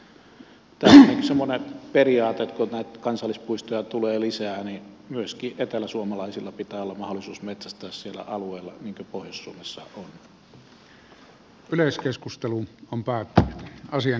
tämä on semmoinen periaate että kun näitä kansallispuistoja tulee lisää niin myöskin eteläsuomalaisilla pitää olla mahdollisuus metsästää siellä alueella niin kuin pohjois suomessa on